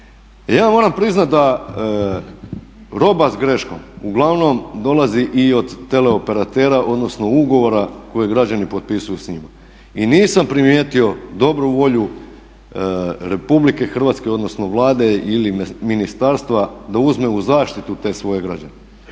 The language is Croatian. vam moram priznati da roba s greškom uglavnom dolazi i od teleoperatera, odnosno ugovora kojeg građani potpisuju s njima. I nisam primijetio dobru volju Republike Hrvatske odnosno Vlade ili ministarstva da uzme u zaštitu te svoje građane.